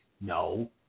no